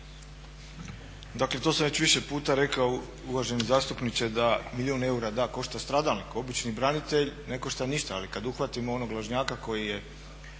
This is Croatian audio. Dakle to sam već više puta rekao uvaženi zastupniče da milijun eura košta stradalnik, obični branitelj ne košta ništa, ali kada uhvatimo onog lažnjaka koji je